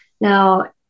Now